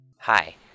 hi